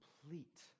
complete